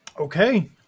okay